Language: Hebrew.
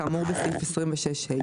כאמור בסעיף 26ה,